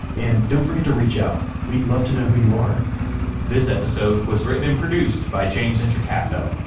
and don't forget to reach out. we'd love to know who you are this episode was written and produced by james introcaso,